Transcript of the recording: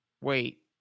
Wait